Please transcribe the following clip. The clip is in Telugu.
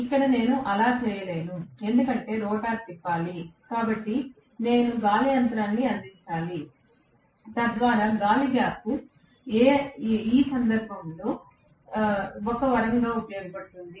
ఇక్కడ నేను అలా చేయలేను ఎందుకంటే రోటర్ తిప్పాలి కాబట్టి నేను గాలి అంతరాన్ని అందించాలి తద్వారా గాలి గ్యాప్ ఈ సందర్భంలో ఒక వరంగా ఉపయోగపడుతుంది